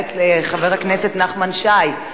וכעת לחבר הכנסת נחמן שי,